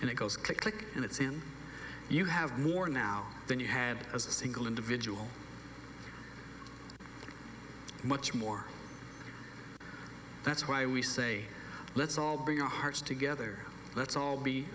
in you have more now than you had as a single individual much more that's why we say let's all bring our hearts together let's all be